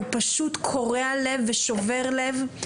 זה פשוט קורע לב ושובר לב.